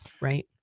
right